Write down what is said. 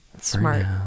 smart